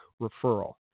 referral